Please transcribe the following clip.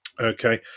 okay